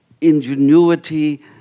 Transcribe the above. ingenuity